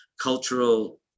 cultural